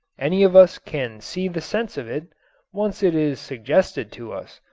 any of us can see the sense of it once it is suggested to us.